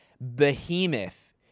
Behemoth